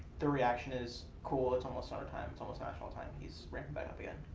their reaction is cool, it's almost summertime. it's almost national time. he's ramping back up again.